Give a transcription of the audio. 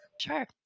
Sure